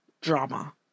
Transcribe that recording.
drama